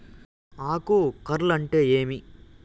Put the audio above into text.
ఆకు కార్ల్ అంటే ఏమి?